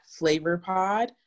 FlavorPod